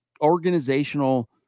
organizational